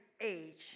age